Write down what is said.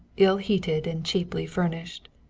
ill-heated and cheaply furnished.